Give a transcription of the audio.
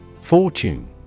Fortune